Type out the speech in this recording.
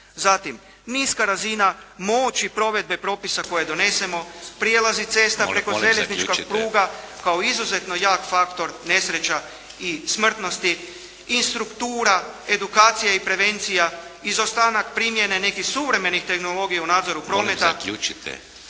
Zatim niska razina moći provedbe propisa koje donesemo, prijelazi cesta preko željezničkih pruga kao izuzetno jak faktor nesreća i smrtnosti i struktura, edukacija i prevencija, izostanak primjene nekih suvremenih tehnologija u nadzoru prometa.